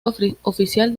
oficial